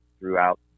throughout